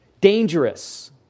dangerous